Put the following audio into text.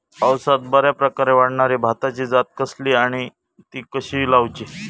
पावसात बऱ्याप्रकारे वाढणारी भाताची जात कसली आणि ती कशी लाऊची?